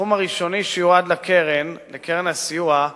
הסכום הראשוני שיועד לקרן הסיוע,